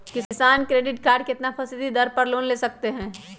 किसान credit card कितना फीसदी दर पर लोन ले सकते हैं?